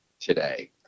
today